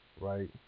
Right